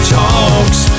talks